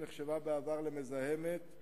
שנחשבה בעבר למזהמת,